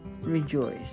rejoice